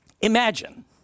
imagine